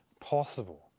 possible